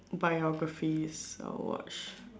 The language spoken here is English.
biographies I will watch